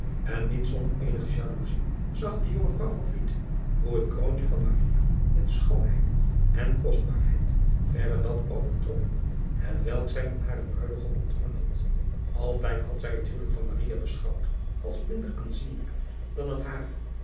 en niet zonder eenige jaloezij zag de jonge vrouw hoe het kroontje van in schoonheid en kostbaarheid verre dat overtrof hetwelk zij van haren ruidegom ontvangen had ltijd had zij het huwelijk van beschouwd als minder aanzienlijk dan het hare